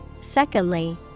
Secondly